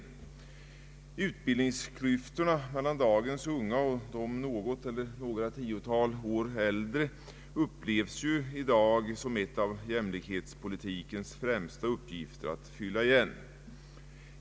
Att fylla igen utbildningsklyftorna mellan dagens unga och de något eller några 10-tal år äldre upplevs i dag som en av jämlikhetspolitikens främsta uppgifter.